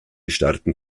starten